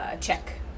check